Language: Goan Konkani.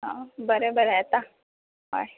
आं बरें बरें येता हय